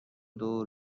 دور